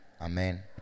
Amen